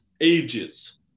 ages